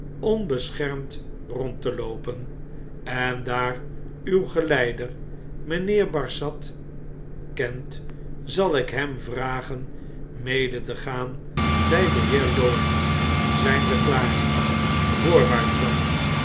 onbeschermd rond te loopen en daar uw geleider mijnheer barsad kent zal ik hem vragen mede te gaan by den heer lorry zijn we klaar voorwaarts dan